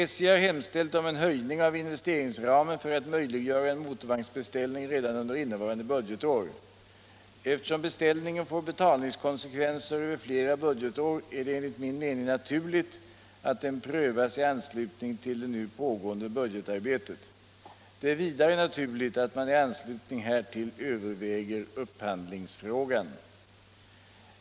SJ har hemställt om en höjning av investeringsramen för att möjliggöra en motorvagnsbeställning redan under innevarande budgetår. Eftersom beställningen får betalningskonsekvenser över flera budgetår är det enligt min mening naturligt att den prövas i anslutning till det nu pågående budgetarbetet. Det är vidare naturligt att man i anslutning härtill överväger upphandlingsfrågan.